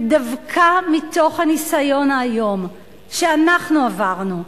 ודווקא מתוך הניסיון האיום שאנחנו עברנו,